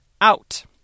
out